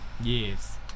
Yes